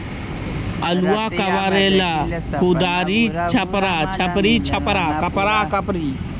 आलुआ कबारेला कुदारी, चपरा, चपारी में से सबसे अच्छा कौन होतई?